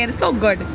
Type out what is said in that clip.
and so good.